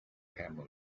camel